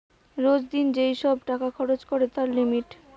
রোজ দিন যেই সব টাকা খরচ করে তার লিমিট